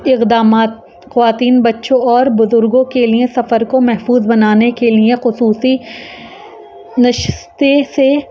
اقدامات خواتین بچوں اور بزرگوں کے لیے سفر کو محفوظ بنانے کے لیے خصوصی نشتیں سے